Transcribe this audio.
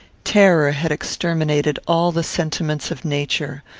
terror had exterminated all the sentiments of nature.